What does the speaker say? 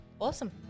Awesome